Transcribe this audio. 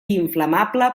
inflamable